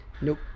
Nope